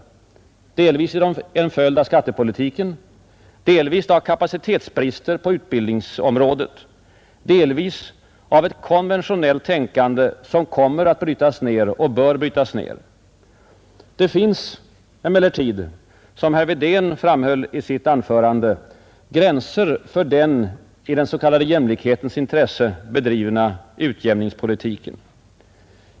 Delvis är de en följd av skattepolitiken, delvis av kapacitetsbrister på utbildningsområdet, delvis av ett konventionellt tänkande som kommer att brytas ned och bör brytas ned. Det finns emellertid, som herr Wedén framhöll i sitt anförande, gränser för en i den s.k. jämlikhetens intresse bedriven utjämningspolitik.